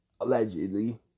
allegedly